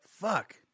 Fuck